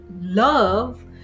love